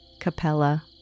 Capella